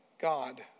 God